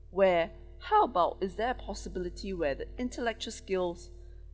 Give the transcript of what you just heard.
where how about is there a possibility where the intellectual skills